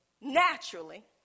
naturally